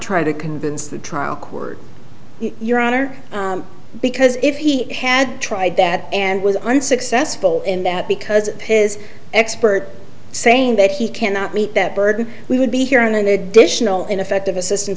try to convince the trial court your honor because if he had tried that and was unsuccessful in that because his expert saying that he cannot meet that burden we would be here on additional ineffective assistance